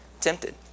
tempted